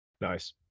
Nice